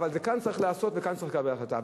אבל כאן זה צריך להיעשות וכאן צריך לקבל החלטה.